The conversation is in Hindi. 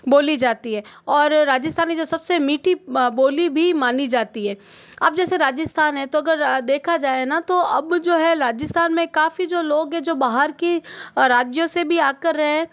बोली जाती है और जो राजस्थानी जो सबसे मीठी बोली भी मानी जाती है आप जैसे राजस्थान है तो अगर देखा जाए ना तो अब जो है राजस्थान में काफ़ी जो लोग है जो बाहर के राज्यों से भी आकर रहे हैं